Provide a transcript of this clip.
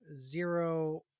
zero